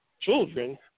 children